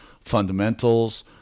fundamentals